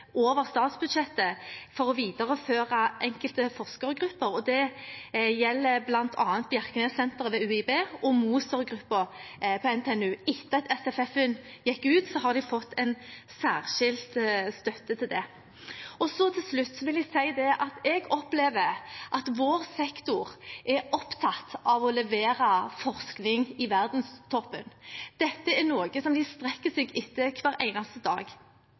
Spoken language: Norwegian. over statsbudsjettet for å videreføre enkelte forskergrupper. Det gjelder bl.a. Bjerknessenteret ved UiB og Moser-gruppen ved NTNU. Etter at SFF-en gikk ut, har de fått en særskilt støtte til det. Jeg opplever at vår sektor er opptatt av å levere forskning i verdenstoppen. Dette er noe som de strekker seg etter hver eneste dag,